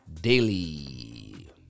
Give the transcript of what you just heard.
daily